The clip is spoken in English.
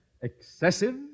excessive